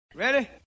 Ready